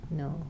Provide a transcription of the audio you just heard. no